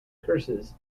curses